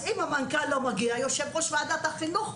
אם המנכ"ל לא מגיע יושב-ראש ועדת החינוך.